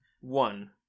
One